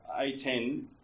A10